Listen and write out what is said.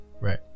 right